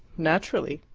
naturally.